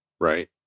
Right